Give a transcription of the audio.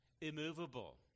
immovable